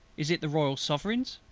is it the royal sovereign's?